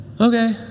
okay